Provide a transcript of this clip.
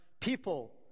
people